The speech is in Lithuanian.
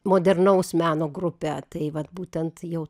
modernaus meno grupe tai vat būtent jau